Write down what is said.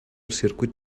circuit